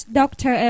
doctor